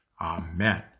Amen